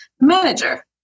manager